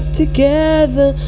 together